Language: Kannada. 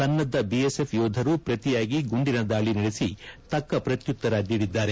ಸನ್ನದ್ದ ಬಿಎಸ್ಎಫ್ ಯೋಧರು ಪ್ರತಿಯಾಗಿ ಗುಂಡಿನ ದಾಳಿ ನಡೆಸಿ ತಕ್ಕ ಪ್ರತ್ಯುತ್ತರ ನೀಡಿದ್ದಾರೆ